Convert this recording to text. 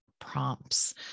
prompts